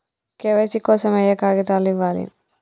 KYC కోసం ఏయే కాగితాలు ఇవ్వాలి?